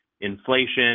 inflation